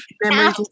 memories